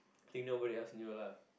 I think nobody else knew lah